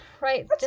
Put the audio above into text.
Right